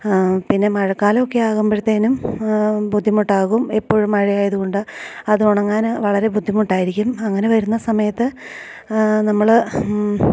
പിന്നെ മഴക്കാലമൊക്കെ ആകുമ്പഴത്തേനും ബുദ്ധിമുട്ടാകും എപ്പോഴും മഴ ആയത് കൊണ്ട് അതുണങ്ങാന് വളരെ ബുദ്ധിമുട്ടായിരിക്കും അങ്ങനെ വരുന്ന സമയത്ത് നമ്മള്